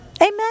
Amen